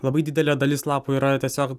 labai didelė dalis lapų yra tiesiog